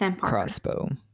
crossbow